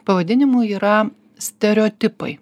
pavadinimų yra stereotipai